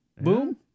Boom